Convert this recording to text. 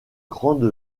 grande